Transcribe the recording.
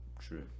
true